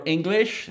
English